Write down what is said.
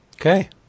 Okay